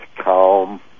calm